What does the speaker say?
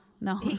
No